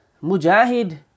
Mujahid